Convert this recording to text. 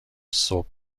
صبح